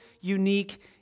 unique